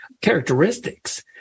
characteristics